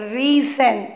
reason